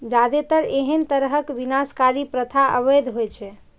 जादेतर एहन तरहक विनाशकारी प्रथा अवैध होइ छै